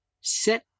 Set